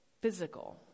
physical